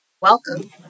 Welcome